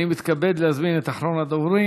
אני מתכבד להזמין את אחרון הדוברים,